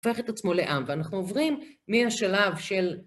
הפך את עצמו לעם, ואנחנו עוברים מהשלב של...